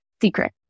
secret